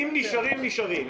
אם נשארים נשארים,